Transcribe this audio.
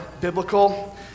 biblical